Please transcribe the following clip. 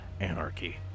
Anarchy